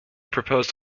proposed